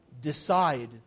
Decide